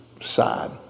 side